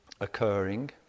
Occurring